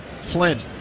Flynn